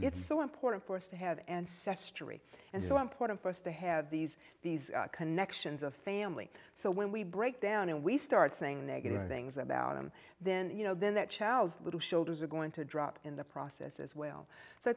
it's so important for us to have and set story and so important for us to have these these connections of family so when we break down and we start saying negative things about them then you know then that child's little shoulders are going to drop in the process as well so i